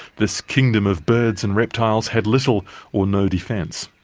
this kingdom of birds and reptiles had little or no defence.